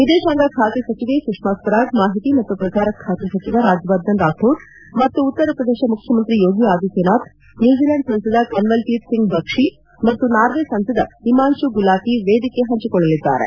ವಿದೇಶಾಂಗ ಖಾತೆ ಸಚಿವೆ ಸುಷ್ಮಾ ಸ್ವರಾಜ್ ಮಾಹಿತಿ ಮತ್ತು ಪ್ರಸಾರ ಖಾತೆ ಸಚಿವ ರಾಜ್ಯವರ್ಧನ್ ರಾಥೋಡ್ ಮತ್ತು ಉತ್ತರಪ್ರದೇಶ ಮುಖ್ಯಮಂತ್ರಿ ಯೋಗಿ ಆದಿತ್ಠನಾಥ್ ನ್ಕೂಜಿಲೆಂಡ್ ಸಂಸದ ಕನ್ವಲ್ ಜೀತ್ ಸಿಂಗ್ ಬಕ್ಷಿ ಮತ್ತು ನಾರ್ವೆ ಸಂಸದ ಹಿಮಾಂಶು ಗುಲಾಟಿ ವೇದಿಕೆ ಹಂಚಿಕೊಳ್ಳಲಿದ್ದಾರೆ